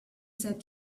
said